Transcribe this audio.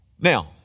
Now